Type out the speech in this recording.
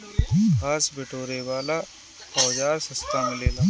घास बिटोरे वाला औज़ार सस्ता मिलेला